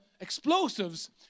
explosives